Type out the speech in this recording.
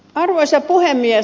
arvoisa puhemies